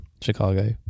Chicago